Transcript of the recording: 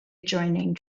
adjoining